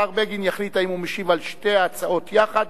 השר בגין יחליט אם הוא משיב על שתי ההצעות יחד